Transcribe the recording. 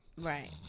Right